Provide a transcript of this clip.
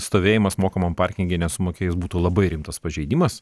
stovėjimas mokamam parkinge nesumokėjus būtų labai rimtas pažeidimas